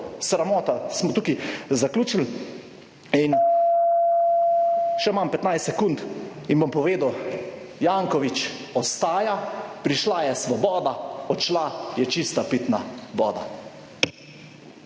Sramota. Smo tukaj zaključili. In še imam petnajst sekund in bom povedal: Janković ostaja, prišla je Svoboda, odšla je čista pitna voda.